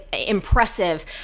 impressive